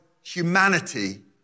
humanity